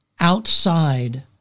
outside